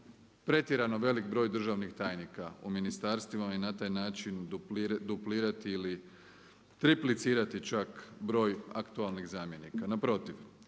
pretjerano veliki broj državnih tajnika u ministarstvima i na taj način duplirati ili triplicirati čak broj aktualnih zamjenika, naprotiv.